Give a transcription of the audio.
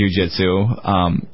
jujitsu